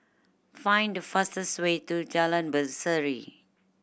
find the fastest way to Jalan Berseri